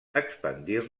expandir